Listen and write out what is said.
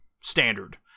standard